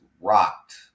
rocked